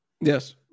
Yes